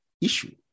issue